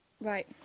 Right